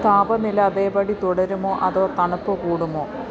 താപനില അതേപടി തുടരുമോ അതോ തണുപ്പ് കൂടുമോ